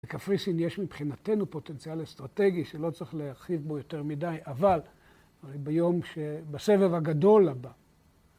בקפריסין יש מבחינתנו פוטנציאל אסטרטגי שלא צריך להרחיב בו יותר מדי, אבל ביום ש... בסבב הגדול הבא.